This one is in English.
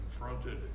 confronted